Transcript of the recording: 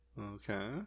Okay